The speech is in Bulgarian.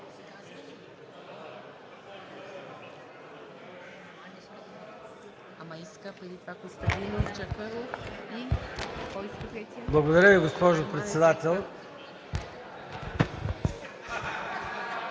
Благодаря Ви, госпожо Председател.